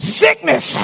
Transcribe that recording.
sickness